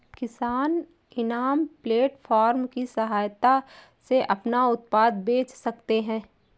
किसान इनाम प्लेटफार्म की सहायता से अपना उत्पाद बेच सकते है